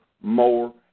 more